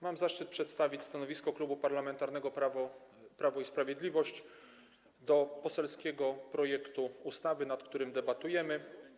Mam zaszczyt przedstawić stanowisko Klubu Parlamentarnego Prawo i Sprawiedliwość wobec poselskiego projektu ustawy, nad którym debatujemy.